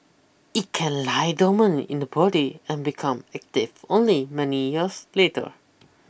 it can lie dormant in the body and become active only many years later